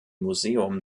museum